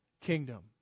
kingdom